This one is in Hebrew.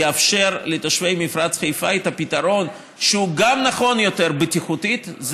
יאפשר לתושבי מפרץ חיפה את הפתרון שהוא גם נכון יותר בטיחותית,